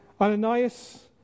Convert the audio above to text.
Ananias